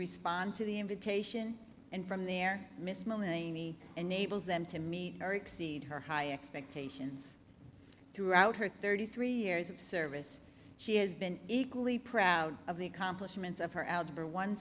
respond to the invitation and from there miss money and able them to meet or exceed her high expectations throughout her thirty three years of service she has been equally proud of the accomplishments of her algebra one